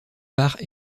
part